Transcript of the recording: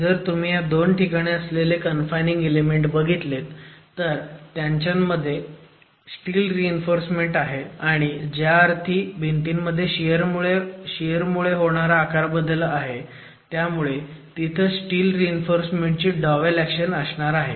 जर तुम्ही ह्या दोन ठिकाणी असलेले कन्फायनिंग इलेमेंट बघितलेत तर त्यांच्यामध्ये स्टील रीइन्फोर्समेंट आहे आणि ज्या अर्थी भींतीमध्ये शियर मुळे होणारा आकारबदल आहे त्यामुळे तिथं स्टील रीइन्फोर्समेंटची डॉवेल ऍक्शन असणार आहे